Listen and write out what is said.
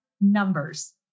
numbers